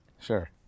Sure